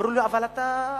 אמרו לו: אבל אתה ארנב.